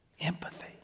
empathy